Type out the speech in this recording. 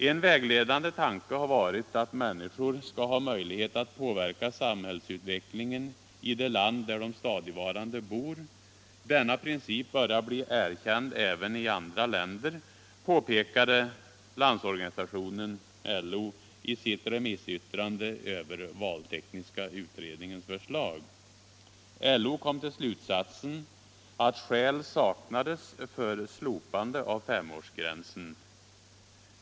En vägledande tanke har varit att människor skall ha möjlighet att påverka samhällsutvecklingen i det land där de stadigvarande bor. Denna princip börjar bli erkänd även i andra länder, påpekade LO i sitt remissyttrande över valtekniska utredningens förslag. LO kom fram till slutsatsen att skäl saknades för slopande av femårsgränsen.